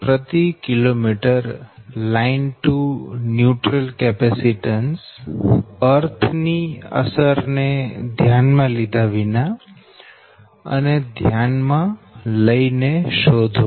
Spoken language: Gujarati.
પ્રતિ kilometre line to neutral capacitance earth ની અસર ને ધ્યાનમાં લીધા વિના અને ધ્યાનમાં લઈને શોધો